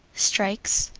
strikes.